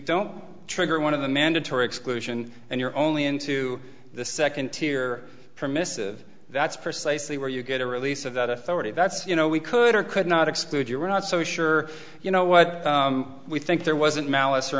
don't trigger one of the mandatory exclusion and you're only into the second tier permissive that's precisely where you get a release of that authority that's you know we could or could not exclude you we're not so sure you know what we think there wasn't malice or